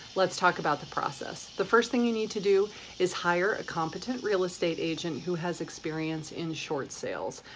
let's talk about the process. the first thing you need to do is hire a competent real estate agent who has experience in short sales.